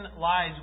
lies